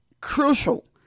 crucial